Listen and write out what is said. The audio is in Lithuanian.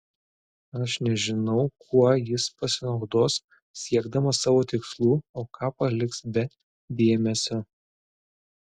aš nežinau kuo jis pasinaudos siekdamas savo tikslų o ką paliks be dėmesio